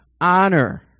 honor